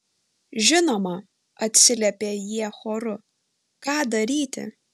žinoma atsiliepė jie choru ką daryti